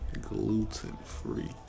gluten-free